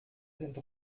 sind